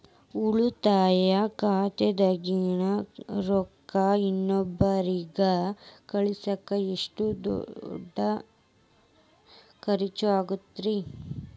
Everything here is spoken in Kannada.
ಉಳಿತಾಯ ಖಾತೆದಾಗಿನ ರೊಕ್ಕ ಇನ್ನೊಬ್ಬರಿಗ ಕಳಸಾಕ್ ಎಷ್ಟ ದುಡ್ಡು ಖರ್ಚ ಆಗ್ತೈತ್ರಿ?